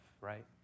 right